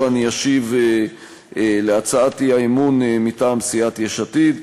אני אשיב על הצעת האי-אמון מטעם סיעת יש עתיד.